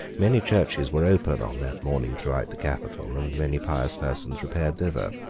many churches were open on that morning throughout the capital and many pious persons repaired thither.